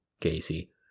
Casey